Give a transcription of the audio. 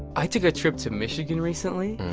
i took a trip to michigan recently.